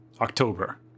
October